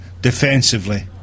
defensively